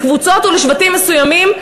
לקבוצות ולשבטים מסוימים,